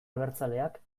abertzaleak